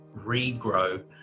regrow